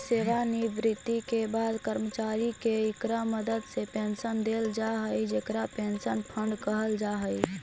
सेवानिवृत्ति के बाद कर्मचारि के इकरा मदद से पेंशन देल जा हई जेकरा पेंशन फंड कहल जा हई